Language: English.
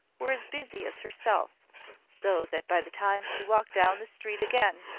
were as busy as herself so that by the time she walked down the street again,